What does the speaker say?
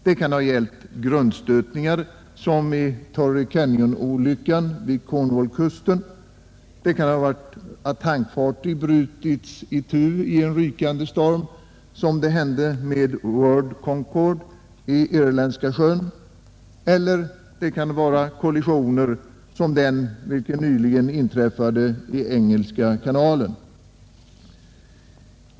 Det kan ha gällt grundstötningar som vid Torrey Canyon-olyckan vid Cornwallkusten, att tankfartyg brutits itu i rykande storm som hände med World Concord i Irländska sjön eller kollisioner som den vilken nyligen inträffade i Engelska kanalen.